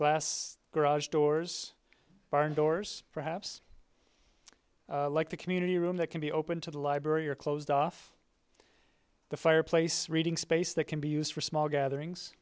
glass garage doors barn doors perhaps like the community room that can be open to the library or closed off the fireplace reading space that can be used for small gatherings